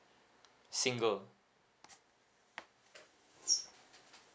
single